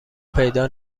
پیدا